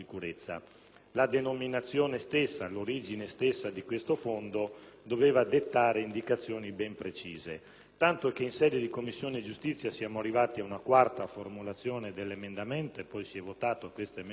La denominazione e l'origine stessa di questo Fondo dovevano dettare indicazioni ben precise, tanto che in sede di Commissione giustizia siamo arrivati ad una quarta formulazione dell'emendamento, che poi è stato votato.